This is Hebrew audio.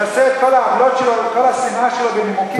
מכסה את כל העוולות שלו ואת כל השנאה שלו בנימוקים